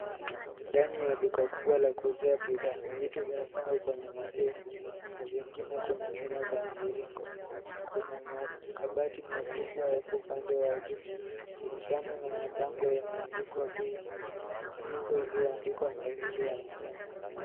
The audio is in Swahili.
Ndani ya duka kubwa la kuuzia bidhaa, vitu vimepangwa kwenye masefu na vingine kwenye chuma za mviringo. Kuna makabati makubwa upande wa juu. Mabano na mabango yameandikwa bei. Ipo iliyoandikwa mia mbili hamsini.